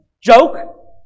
joke